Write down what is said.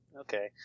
Okay